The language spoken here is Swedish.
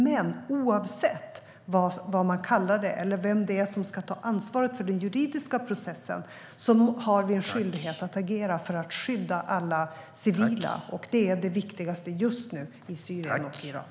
Men oavsett vad man kallar det eller vem som ska ta ansvar för den juridiska processen har vi en skyldighet att agera för att skydda alla civila. Det är det viktigaste just nu i Syrien och Irak.